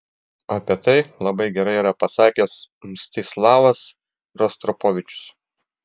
apie tai labai gerai yra pasakęs mstislavas rostropovičius